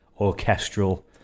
orchestral